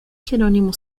jerónimo